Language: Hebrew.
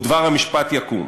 ודבר המשפט יקום".